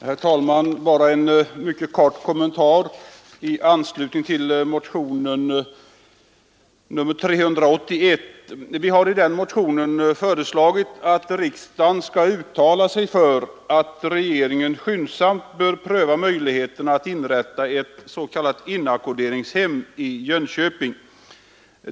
Herr talman! Bara en kort kommentar i anslutning till motionen 381. Vi har i den föreslagit att riksdagen skall uttala sig för att regeringen skyndsamt bör pröva möjligheten att inrätta ett s.k. inackorderingshem i Jönköping.